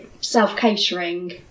self-catering